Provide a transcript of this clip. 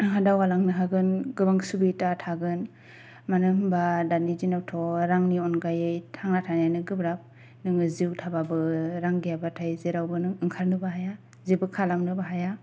दावगालांनो हागोन गोबां सुबिदा थागोन मानो होनबा दानि दिनावथ' रांनि अनगायै थांना थानायानो गोब्राब नोङो जिउ थाबाबो रां गैयाबाथाय जेरावबो नों ओंखारनोबो हाया जेबो खालामनोबो हाया